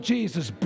Jesus